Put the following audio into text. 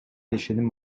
ишеним